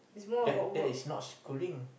that that is not schooling